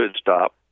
stop